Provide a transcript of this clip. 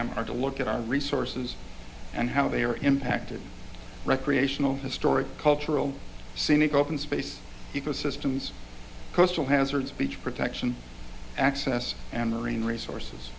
c m are to look at our resources and how they are impacted recreational historic cultural scenic open space ecosystems coastal hazards beach protection access and marine resources